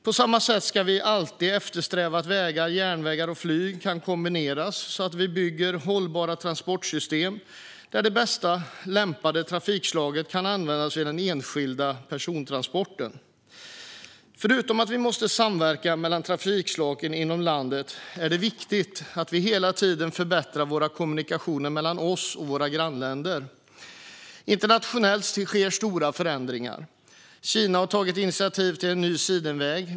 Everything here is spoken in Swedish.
På samma sätt ska vi alltid eftersträva att vägar, järnvägar och flyg kan kombineras så att vi bygger hållbara transportsystem där det bäst lämpade trafikslaget kan användas vid den enskilda persontransporten. Förutom att vi måste samverka mellan trafikslagen inom landet är det viktigt att vi hela tiden förbättrar våra kommunikationer mellan oss och våra grannländer. Internationellt sker stora förändringar. Kina har tagit initiativ till en ny sidenväg.